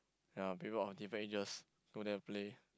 ya people of different ages go there play